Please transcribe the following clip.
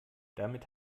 damit